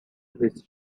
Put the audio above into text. his